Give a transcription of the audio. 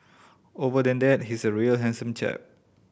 over than that he's a real handsome chap